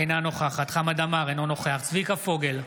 אינה נוכחת חמד עמאר, אינו נוכח צביקה פוגל,